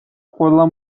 ყველა